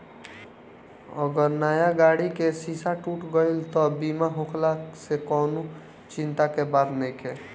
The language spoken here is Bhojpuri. अगर नया गाड़ी के शीशा टूट गईल त बीमा होखला से कवनी चिंता के बात नइखे